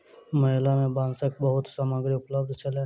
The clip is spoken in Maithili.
मेला में बांसक बहुत सामग्री उपलब्ध छल